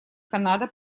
канада